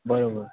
बरोबर